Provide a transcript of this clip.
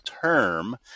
term